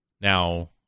Now